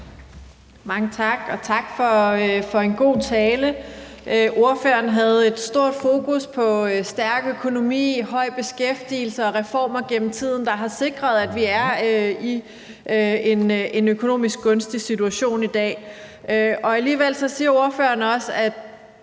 Mange tak, og tak for en god tale. Ordføreren havde et stort fokus på stærk økonomi, høj beskæftigelse og reformer gennem tiden, der har sikret, at vi er i en økonomisk gunstig situation i dag. Alligevel siger ordføreren også, at